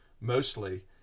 mostly